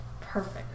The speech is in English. perfect